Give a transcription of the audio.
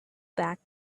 back